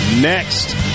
next